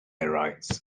arise